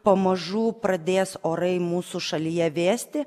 pamažu pradės orai mūsų šalyje vėsti